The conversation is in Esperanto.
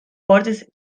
portis